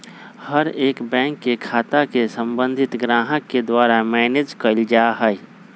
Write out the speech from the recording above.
हर एक बैंक के खाता के सम्बन्धित ग्राहक के द्वारा मैनेज कइल जा हई